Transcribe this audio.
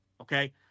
Okay